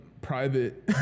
private